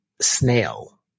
snail